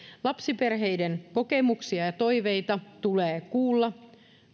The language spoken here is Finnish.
lapsiperheiden kokemuksia ja toiveita tulee kuulla